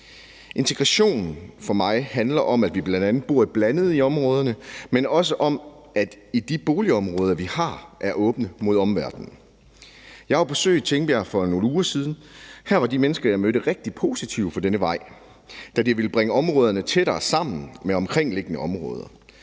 Integration handler for mig om, at vi bl.a. bor blandet i områderne, men også om, at de boligområder, vi har, er åbne mod omverdenen. Jeg var på besøg i Tingbjerg for nogle uger siden. Her var de mennesker, jeg mødte, rigtig positive over for denne vej, da den vil bringe områderne tættere sammen med omkringliggende områder,